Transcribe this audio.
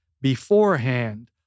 beforehand